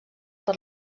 per